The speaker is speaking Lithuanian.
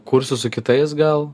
kursiu su kitais gal